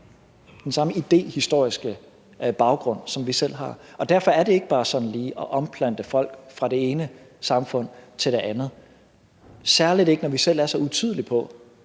den samme historiske baggrund, som vi selv har. Derfor er det ikke bare sådan lige at omplante folk fra det ene samfund til det andet, særlig ikke, når vi selv er så utydelige på,